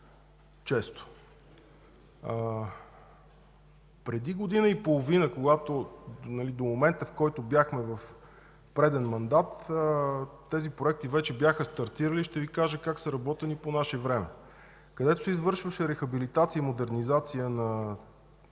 често. Преди година и половина до момента, в който бяхме в преден мандат, тези проекти вече бяха стартирали. Ще Ви кажа как са работили по наше време. Където се извършваше рехабилитация и модернизация на